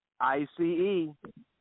I-C-E